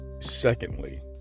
secondly